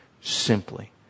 simply